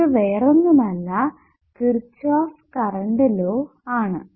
ഇത് വേറൊന്നുമല്ല Kirchhoff current law ആണ്